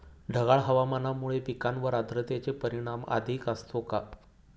ढगाळ हवामानामुळे पिकांवर आर्द्रतेचे परिणाम अधिक असतो का?